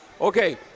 Okay